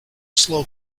slow